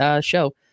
show